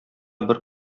бер